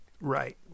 Right